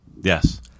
Yes